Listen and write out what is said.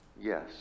Yes